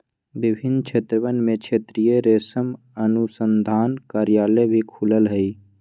विभिन्न क्षेत्रवन में क्षेत्रीय रेशम अनुसंधान कार्यालय भी खुल्ल हई